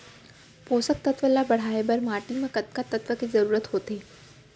पोसक तत्व ला बढ़ाये बर माटी म कतका तत्व के जरूरत होथे?